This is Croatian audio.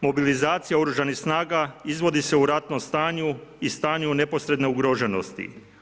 Mobilizacija oružanih snaga izvodi se u ratnom stanju i stanju neposredne ugroženosti.